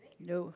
no